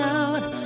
out